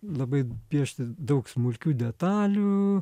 labai piešti daug smulkių detalių